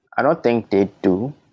i don't think they do.